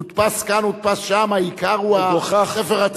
הודפס כאן, הודפס שם, העיקר הוא הספר עצמו.